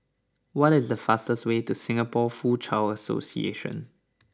what is the fastest way to Singapore Foochow Association